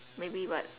maybe what